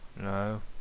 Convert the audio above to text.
No